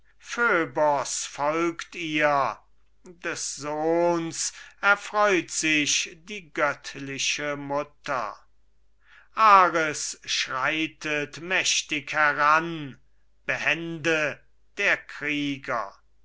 folgt ihr des sehns erfreut sich die göttliche mutter ares schreitet mächtig heran behende der krieger